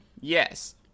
yes